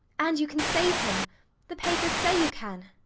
and you can save him the papers say you can.